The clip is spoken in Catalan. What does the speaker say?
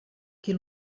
qui